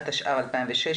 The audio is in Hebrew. התשע"ו-2016